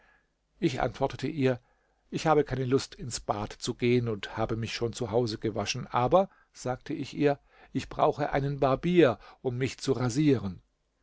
ich antwortete ihr ich habe keine lust ins bad zu gehen und habe mich schon zu hause gewaschen aber sagte ich ihr ich brauche einen barbier um mich zu rasieren